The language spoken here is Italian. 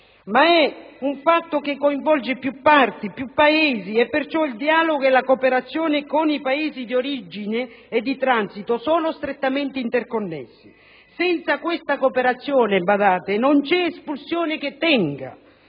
fatto unilaterale, ma coinvolge più parti, più Paesi e perciò il dialogo e la cooperazione con i Paesi di origine e di transito sono strettamente interconnessi. Senza questa cooperazione - badate - non c'è espulsione che tenga.